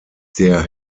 der